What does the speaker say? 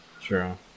True